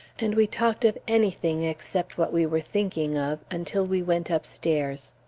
and we talked of anything except what we were thinking of, until we went upstairs.